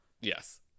Yes